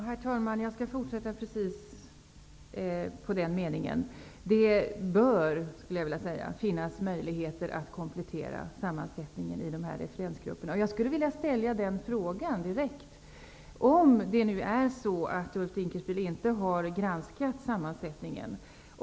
Herr talman! Jag skall fortsätta på den meningen. Jag skulle vilja säga att det bör finnas möjligheter att komplettera sammansättningen i de här referensgrupperna. Låt mig ställa en direkt fråga. Ulf Dinkelspiel säger att han inte har granskat sammansättningen.